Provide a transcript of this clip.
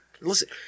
Listen